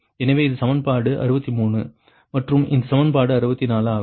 எனவே இது சமன்பாடு 63 மற்றும் இது சமன்பாடு 64 ஆகும்